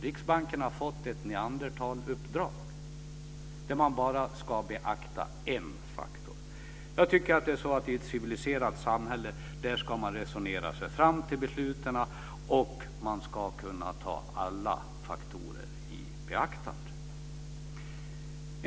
Riksbanken har fått ett neandertaluppdrag där man bara ska beakta en faktor. I ett civiliserat samhälle ska man resonera sig fram till besluten och kunna ta alla faktorer i beaktande.